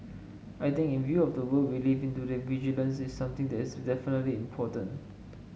I think in view of the world we live in today vigilance is something that is definitely important